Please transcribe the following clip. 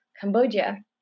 Cambodia